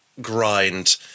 grind